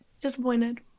disappointed